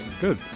good